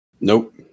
Nope